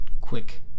quick